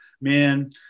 man